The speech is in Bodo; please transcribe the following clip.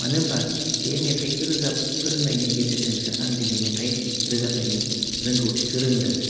मानो होमबा बे मेथाइखो रोजाब फोरोंनायनि गेजेरजोंसो आं दिनै मेथाइ रोजाबनायनि रोंगौथिखौ रोंदों